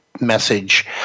message